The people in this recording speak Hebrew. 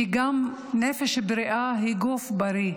כי נפש בריאה היא גוף בריא,